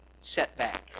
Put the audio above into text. setback